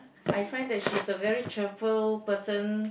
I find that she is a very cheerful person